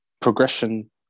progression